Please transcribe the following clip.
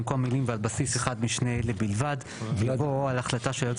במקום המילים 'ועל בסיס אחד משני אלה בלבד' יבוא 'על החלטה של היועץ